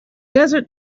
desert